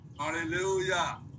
hallelujah